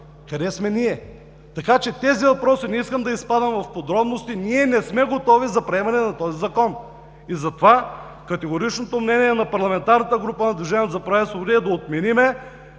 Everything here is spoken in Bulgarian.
Къде сме ние? Тези въпроси, не искам да изпадам в подробности, ние не сме готови за приемане на този Закон. Затова категоричното мнение на парламентарната